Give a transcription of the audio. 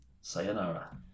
Sayonara